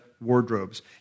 wardrobes